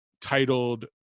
titled